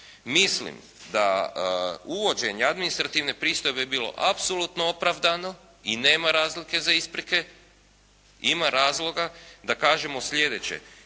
mislim da uvođenje administrativne pristojbe bilo apsolutno opravdano i nema razloga za isprike, ima razloga da kažemo sljedeće.